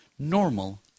normal